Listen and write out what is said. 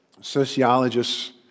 sociologists